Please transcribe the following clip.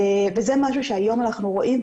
וזה משהו שהיום אנחנו רואים,